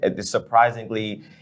Surprisingly